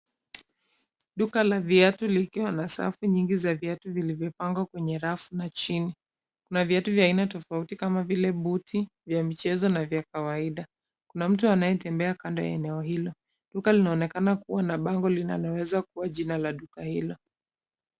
Duka la viatu likiwa na safu nyingi za viatu vilivyopangwa kwenye rafu na chini. Kuna viatu vya aina tofauti kama vile buti vya michezo na vya kawaida. Kuna mtu anayetembea kando ya eneo hilo. Duka linaonekana kuwa na bango linaloweza kuwa jina la duka hilo.